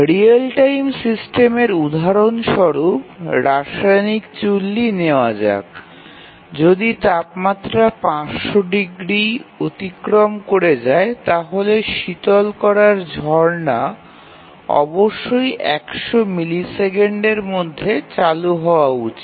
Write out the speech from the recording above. real time সিস্টেমের উদাহরণ স্বরূপ রাসায়নিক চুল্লী নেওয়া যাক যদি তাপমাত্রা ৫০০ ডিগ্রী অতিক্রম করে যায় তাহলে শীতল করার ঝরনা অবশ্যই ১০০ মিলিসেকেন্ডের মধ্যে চালু হওয়া উচিত